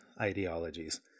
ideologies